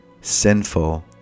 sinful